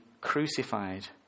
crucified